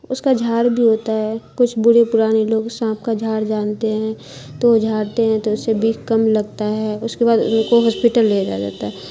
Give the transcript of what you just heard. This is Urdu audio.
اس کا جھاڑ بھی ہوتا ہے کچھ بڑھے پرانے لوگ سانپ کا جھاڑ جانتے ہیں تو وہ جھارتے ہیں تو اس سے بھی کم لگتا ہے اس کے بعد ان کو ہاسپٹل لے جایا جاتا ہے